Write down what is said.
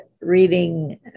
reading